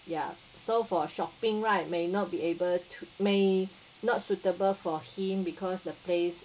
ya so for shopping right may not be able to may not suitable for him because the place